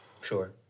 Sure